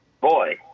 Boy